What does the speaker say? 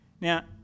Now